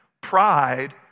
Pride